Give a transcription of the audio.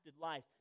life